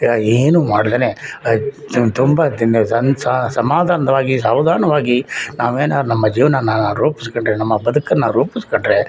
ಏನು ಮಾಡದೇನೆ ತುಂಬ ದಿನ ಸಮ ಸಮಾಧಾನವಾಗಿ ಸಾವುಧಾನವಾಗಿ ನಾವೇನಾದ್ರೂ ನಮ್ಮ ಜೀವನವನ್ನ ರೂಪಿಸ್ಕೊಂಡ್ರೆ ನಮ್ಮ ಬದುಕನ್ನು ರೂಪಿಸ್ಕೊಂಡ್ರೆ